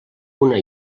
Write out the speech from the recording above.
una